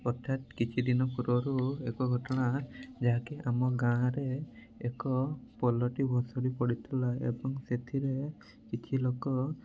ହଠାତ୍ କିଛି ଦିନ ପୂର୍ବରୁ ଏକ ଘଟଣା ଯାହା କି ଆମ ଗାଁରେ ଏକ ପୋଲଟି ଭୁସୁଡ଼ି ପଡ଼ିଥିଲା ଏବଂ ସେଥିରେ କିଛି ଲୋକ